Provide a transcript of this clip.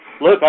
Look